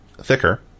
thicker